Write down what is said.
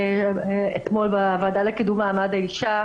אתמול בוועדה לקידום מעמד האישה,